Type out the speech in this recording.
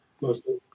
Mostly